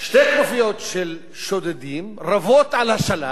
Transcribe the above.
שתי כנופיות של שודדים רבות על השלל